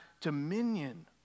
dominion